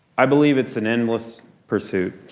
i believe it's an endless pursuit.